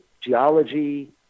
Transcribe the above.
geology